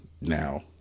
now